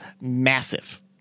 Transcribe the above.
massive